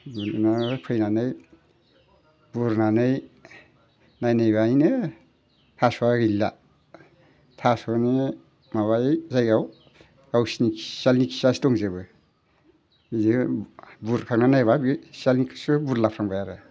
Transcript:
बिदिनो फैनानै बुरनानै नायनायबायनो थास'आ गैला थास'नि माबा ओइ जायगायाव गावसोनि सियालनि खियासो दंजोबो बिदिनो बुरखांना नायब्ला बे सियालनि खिखोसो बुरलाफ्लांबाय आरो